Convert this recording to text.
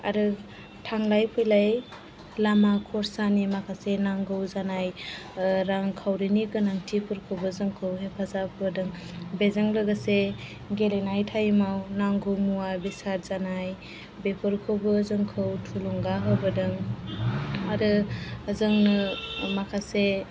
आरो थांलाय फैलाय लामा खरसानि माखासे नांगौ जानाय रांखाउरिनि गोनांथिफोरखौबो जोंखौ हेफाजाब होबोदों बेजों लोगोसे गेलेनाय टाइम आव नांगौ मुवा बेसाद जानाय बेफोरखौबो जोंखौ थुलुंगा होबोदों आरो जोंनो माखासे